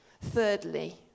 Thirdly